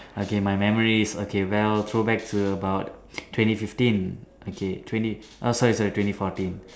okay my memories okay well throw back to about twenty fifteen okay twenty err sorry sorry twenty fourteen